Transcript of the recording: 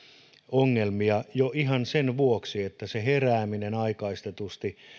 ongelmia jo ihan sen vuoksi että herääminen aikaistetusti